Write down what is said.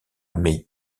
mai